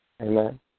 Amen